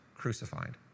crucified